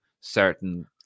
Certain